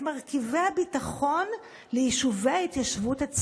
כשרת ההתיישבות,